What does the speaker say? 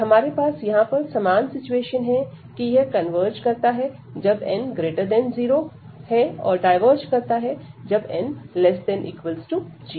और हमारे पास यहां पर समान सिचुएशन है कि यह कन्वर्ज करता है जब n0 और डायवर्ज करता है जब n≤0